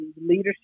leadership